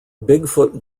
bigfoot